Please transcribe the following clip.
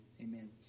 Amen